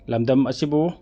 ꯂꯝꯗꯝ ꯑꯁꯤꯕꯨ